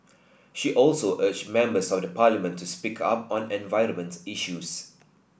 she also urged members of the Parliament to speak up on environment issues